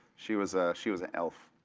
she was ah she was an elf,